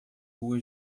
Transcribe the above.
rua